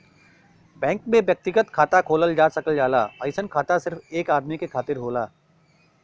bank में व्यक्तिगत खाता खोलल जा सकल जाला अइसन खाता सिर्फ एक आदमी के खातिर होला